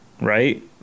right